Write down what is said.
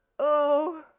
o!